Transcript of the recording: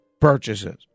purchases